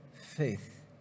faith